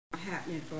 happening